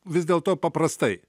vis dėlto paprastai